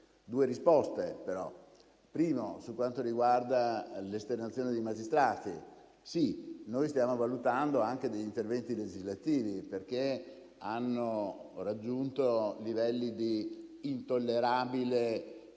due risposte. In primo luogo, per quanto riguarda le esternazioni dei magistrati, stiamo valutando anche degli interventi legislativi, perché hanno raggiunto livelli di intollerabile